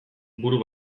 buru